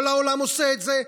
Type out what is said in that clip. כל העולם עושה את זה,